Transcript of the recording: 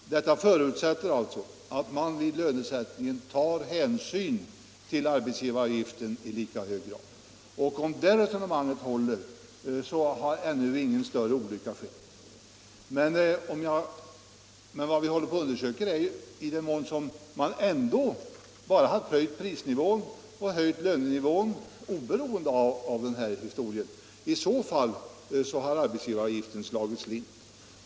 Detta förutsätter alltså att man vid lönesättningen tar hänsyn till arbetsgivaravgiften i lika hög grad. Om det resonemanget håller, har ännu ingen större olycka skett. Vad vi håller på att undersöka är i vad mån man ändå, oberoende av den här överenskommelsen, har höjt prisnivån och höjt lönenivån. Om man gjort det har arbetsgivaravgiften slagit slint.